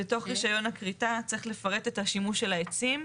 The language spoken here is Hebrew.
בתוך רישיון הכריתה צריך לפרט את השימוש של העצים.